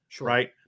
Right